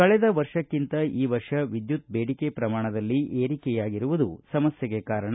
ಕಳೆದ ವರ್ಷಕ್ಕಿಂತ ಈ ವರ್ಷ ವಿದ್ಯುತ್ ಬೇಡಿಕೆ ಪ್ರಮಾಣದಲ್ಲಿ ಏರಿಕೆಯಾಗಿರುವುದು ಸಮಸ್ಯೆಗೆ ಕಾರಣ